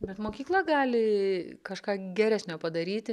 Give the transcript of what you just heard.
bet mokykla gali kažką geresnio padaryti